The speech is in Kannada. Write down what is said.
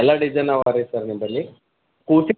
ಎಲ್ಲ ಡಿಸೈನ್ ಅವ ರೀ ಸರ್ ನಿಮ್ಮಲ್ಲಿ ಕೂಸಿಗೆ